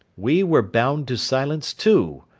we were bound to silence too.